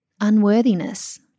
unworthiness